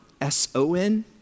S-O-N